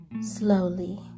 slowly